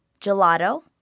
Gelato